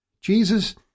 Jesus